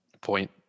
point